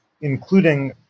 including